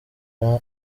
jean